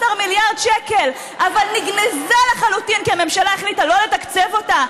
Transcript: מיליארד שקל אבל נגנזה לחלוטין כי הממשלה החליטה לא לתקצב אותה,